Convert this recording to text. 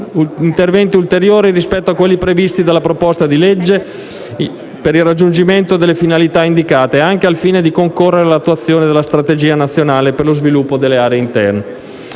interventi ulteriori rispetto a quelli previsti dalla proposta di legge in esame per il raggiungimento delle finalità indicate, anche al fine di concorrere all'attuazione della strategia nazionale per lo sviluppo delle aree interne.